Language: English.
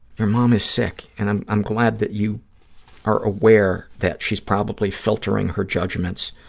your mom is sick, and i'm i'm glad that you are aware that she's probably filtering her judgments,